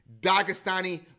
Dagestani